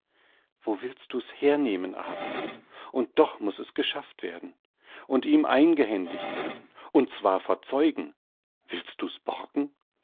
wo willst du's hernehmen abel und doch muß es geschafft werden und ihm eingehändigt werden und zwar vor zeugen willst du's borgen